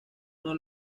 trata